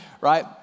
right